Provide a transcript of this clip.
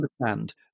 understand